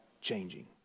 changing